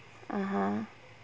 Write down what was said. (uh huh)